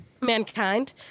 mankind